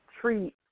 treat